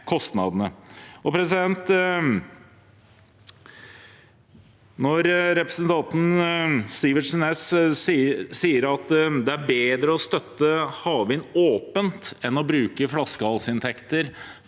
Når representanten Sivertsen Næss sier at det er bedre å støtte havvind åpent enn å bruke flaskehalsinntekter